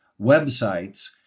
websites